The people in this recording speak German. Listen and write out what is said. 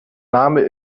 name